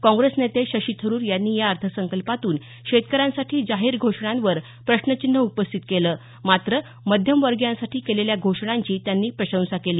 काँग्रेस नेते शशी थरुर यांनी या अर्थसंकल्पातून शेतकऱ्यांसाठी जाहीर घोषणांवर प्रश्नचिन्ह उपस्थित केलं मात्र मध्यम वर्गीयांसाठी केलेल्या घोषणांची त्यांनी प्रशंसा केली